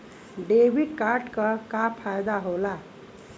Debit card क का फायदा हो ला?